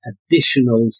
additional